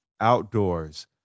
outdoors